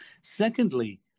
Secondly